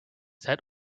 that